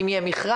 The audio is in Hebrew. האם יהיה מכרז?